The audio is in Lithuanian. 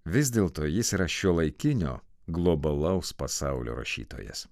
vis dėlto jis yra šiuolaikinio globalaus pasaulio rašytojas